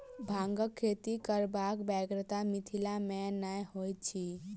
भांगक खेती करबाक बेगरता मिथिला मे नै होइत अछि